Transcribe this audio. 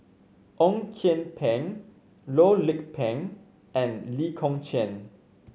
Ong Kian Peng Loh Lik Peng and Lee Kong Chian